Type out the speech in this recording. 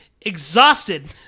exhausted